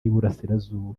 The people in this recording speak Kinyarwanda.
y’iburasirazuba